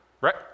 Right